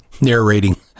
narrating